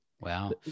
Wow